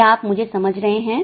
क्या आप मुझे समझ रहे हैं